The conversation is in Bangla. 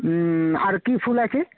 আর কী ফুল আছে